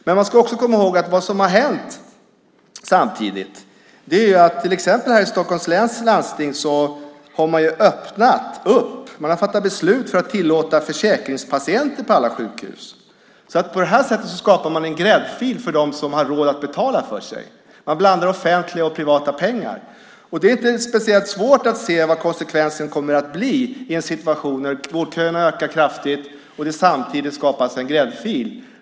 Man ska också komma ihåg att vad som samtidigt har hänt är att till exempel här i Stockholms läns landsting har man öppnat upp och fattat beslut om att tillåta försäkringspatienter på alla sjukhus. På det här sättet skapar man en gräddfil för dem som har råd att betala för sig. Man blandar offentliga och privata pengar. Det är inte speciellt svårt att se vad konsekvensen kommer att bli i en situation när vårdköerna ökar kraftigt och det samtidigt skapas en gräddfil.